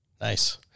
Nice